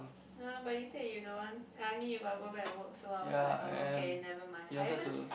no but you say you don't want I mean you got go back and work so I was like oh okay nevermind I even